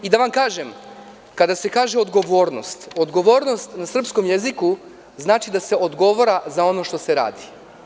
I da vam kažem kada se kaže odgovornost, odgovornost na srpskom jeziku znači da se odgovara za ono što se radi.